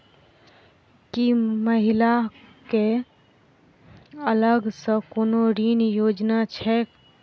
की महिला कऽ अलग सँ कोनो ऋण योजना छैक?